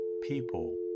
People